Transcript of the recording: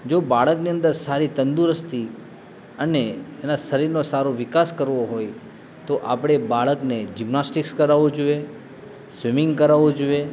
જો બાળકની અંદર સારી તંદુરસ્તી અને એના શરીરનો સારો વિકાસ કરવો હોય તો આપણે બાળકને જિમ્નાસ્ટીકસ કરાવવું જોઈએ સ્વિમિંગ કરાવવું જોઈએ